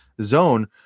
zone